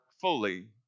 fully